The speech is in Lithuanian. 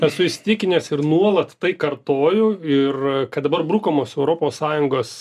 esu įsitikinęs ir nuolat tai kartoju ir kad dabar brukamos europos sąjungos